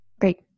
Great